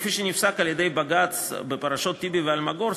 כפי שנפסק על-ידי בג"ץ בעתירות של טיבי ו"אלמגור",